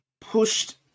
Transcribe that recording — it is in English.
pushed